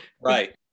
right